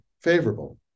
favorable